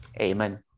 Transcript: Amen